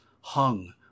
hung